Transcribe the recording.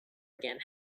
again